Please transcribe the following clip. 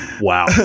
Wow